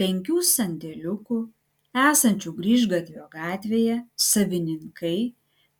penkių sandėliukų esančių grįžgatvio gatvėje savininkai